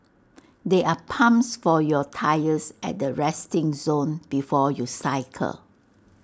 there are pumps for your tyres at the resting zone before you cycle